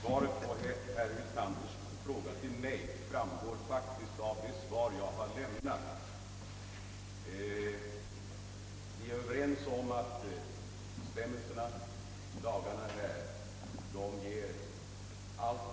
Jag vill påminna den ärade talaren om att jag vid sammanträdets början påpekade att anföranden i frågedebatten bör räcka två å tre minuter. Herr talman!